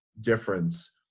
difference